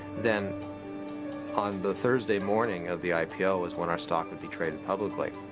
then on the thursday morning of the ipo is when our stock would be traded publically.